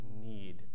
need